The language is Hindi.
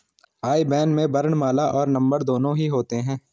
आई बैन में वर्णमाला और नंबर दोनों ही होते हैं